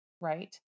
right